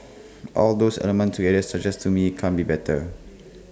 all those elements together suggest to me can't be better